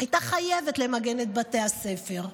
הייתה חייבת למגן את בתי הספר.